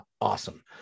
awesome